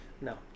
No